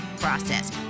process